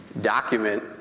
document